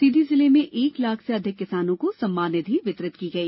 सीधी जिले में एक लाख से अधिक लोगों को सम्मान निधि वितरित की गई